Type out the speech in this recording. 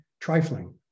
trifling